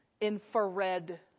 infrared